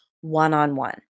one-on-one